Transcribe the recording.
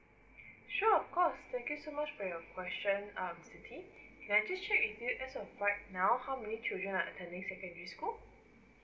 sure of course thank you so much for your question um siti may I just check with you as of right now how many children are attending secondary school